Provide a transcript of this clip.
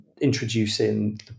introducing